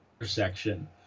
intersection